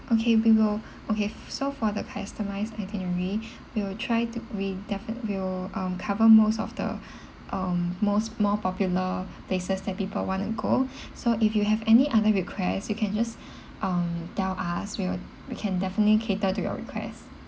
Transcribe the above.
okay we will okay so for the customized itinerary we will try to we definitely we'll um cover most of the um most more popular places that people want to go so if you have any other request you can just um tell us we would we can definitely cater to your request